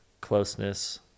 closeness